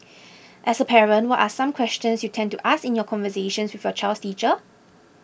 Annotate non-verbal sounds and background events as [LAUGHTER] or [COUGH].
[NOISE] as a parent what are some questions you tend to ask in your conversations with your child's teacher